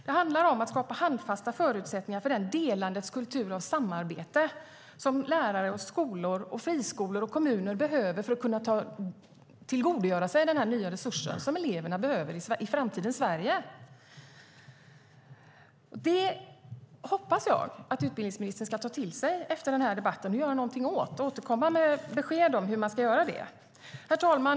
Det handlar om att skapa handfasta förutsättningar för den delandets kultur av samarbete som lärare, skolor, friskolor och kommuner behöver för att kunna tillgodogöra sig den här nya resursen som eleverna behöver i framtidens Sverige. Det hoppas jag att utbildningsministern ska ta till sig efter den här debatten, göra någonting åt och återkomma med besked om hur man ska göra det. Herr talman!